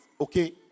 okay